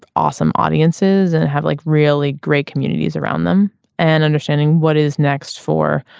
awesome audiences and have like really great communities around them and understanding what is next for.